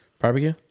Barbecue